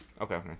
Okay